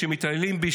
שמתעללים בי,